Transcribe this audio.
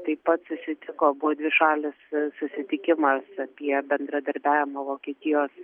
taip pat susitiko buvo dvišalis susitikimas apie bendradarbiavimą vokietijos